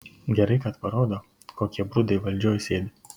gerai kad parodo kokie brudai valdžioj sėdi